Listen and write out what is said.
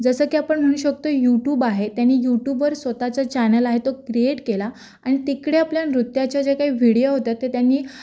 जसं की आपण म्हणू शकतो यूटूब आहे त्यानी युटूबवर स्वतःचा चॅनल आहे तो क्रिएट केला अन तिकडे आपल्या नृत्याच्या जे काही व्हिडीओ होत्या ते त्यांनी